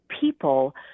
people